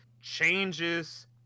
changes